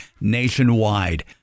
nationwide